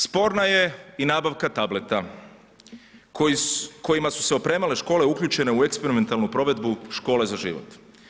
Sporna je i nabavka tableta kojima su se opremale škole uključene u eksperimentalnu provedbu Škole za život.